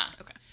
Okay